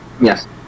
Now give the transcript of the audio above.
Yes